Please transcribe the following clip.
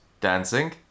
dancing